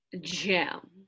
gem